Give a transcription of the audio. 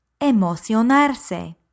emocionarse